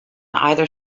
either